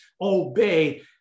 obey